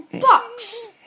box